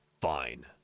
Fine